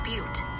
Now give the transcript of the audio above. Butte